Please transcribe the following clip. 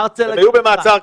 שהם היו במעצר.